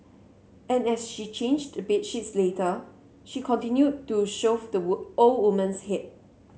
and as she changed the bed sheets later she continued to shove the were old woman's head